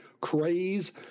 craze